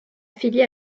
affilié